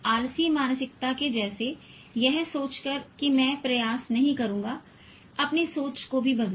आलसी मानसिकता के जैसे यह सोचकर कि मैं प्रयास नहीं करूंगा अपनी सोच को भी बदलें